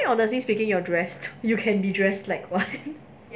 I think honestly speaking your dress you can be dressed like one